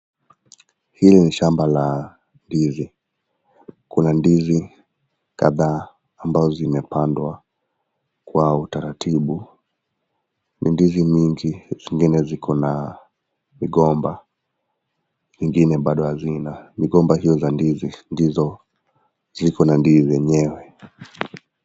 Hili ni shamba la ndizi, kuna ndizi kadhaa ambazo zimepandwa kwa utaratibu, ni ndizi nyingi zingine ziko na migombana ingine bado hazina, migomba hizo za ndizi ndizo ziko na ndizi zenyewe.